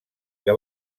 que